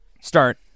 start